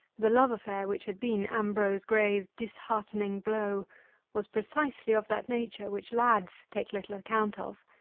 the love affair which had been ambrose graye's disheartening blow was precisely of that nature which lads take little account of,